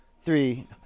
three